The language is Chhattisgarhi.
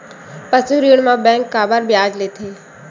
पशु ऋण म बैंक काबर ब्याज लेथे?